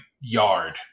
yard